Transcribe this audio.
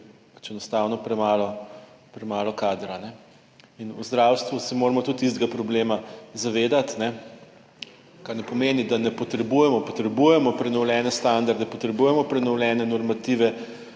premalo, premalo kadra, ne. In v zdravstvu se moramo tudi istega problema zavedati. Kar ne pomeni, da ne potrebujemo; potrebujemo prenovljene standarde, potrebujemo prenovljene normative